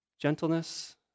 gentleness